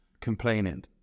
complaining